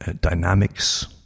dynamics